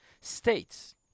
states